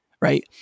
right